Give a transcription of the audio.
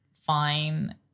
fine